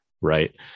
Right